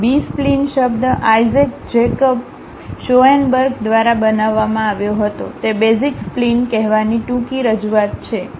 બી spline શબ્દ Isaac Jacob Schoenberg દ્વારા બનાવવામાં આવ્યો હતો અને તે બેઝિક સ્પ્લિન કહેવાની ટૂંકી રજૂઆત છે